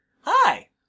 hi